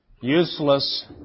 useless